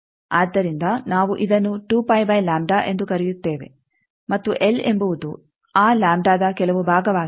ಆದ್ದರಿಂದ ನಾವು ಇದನ್ನು ಎಂದು ಕರೆಯುತ್ತೇವೆ ಮತ್ತು ಎಲ್ ಎಂಬುವುದು ಆ ಲಾಂಬ್ಡಾದ ಕೆಲವು ಭಾಗವಾಗಿದೆ